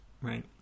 right